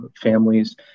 families